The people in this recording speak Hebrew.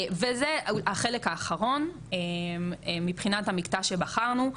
וזה החלק האחרון מבחינת המקטע שבחרנו,